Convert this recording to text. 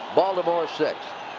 baltimore six.